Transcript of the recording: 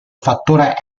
fattore